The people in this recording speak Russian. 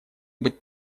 быть